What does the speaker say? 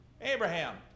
Abraham